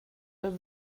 with